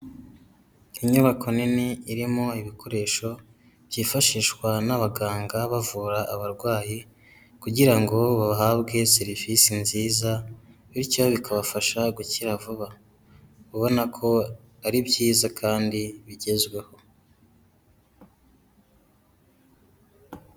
Inyubako nini irimo ibikoresho byifashishwa n'abaganga bavura abarwayi, kugira ngo bahabwe serivisi nziza bityo bikabafasha gukira vuba, ubona ko ari byiza kandi bigezweho.